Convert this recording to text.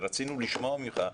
ורצינו לשמוע ממך,